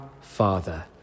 Father